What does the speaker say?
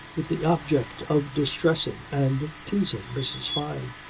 with the object of distressing and teasing mrs. fyne.